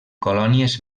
colònies